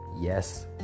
Yes